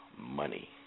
money